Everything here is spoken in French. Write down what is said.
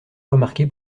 remarqué